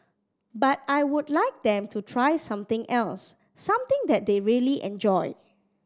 but I would like them to try something else something that they really enjoy